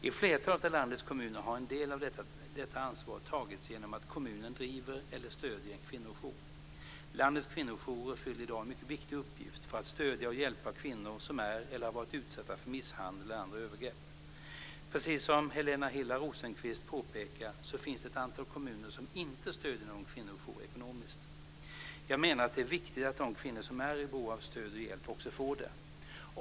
I flertalet av landets kommuner har en del av detta ansvar tagits genom att kommunen driver eller stöder en kvinnojour. Landets kvinnojourer fyller i dag en mycket viktig uppgift för att stödja och hjälpa kvinnor som är eller har varit utsatta för misshandel eller andra övergrepp. Precis som Helena Hillar Rosenqvist påpekar finns det ett antal kommuner som inte stöder någon kvinnojour ekonomiskt. Jag menar att det är viktigt att de kvinnor som är i behov av stöd och hjälp också får det.